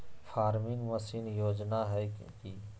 Farming machine योजना कि हैय?